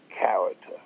character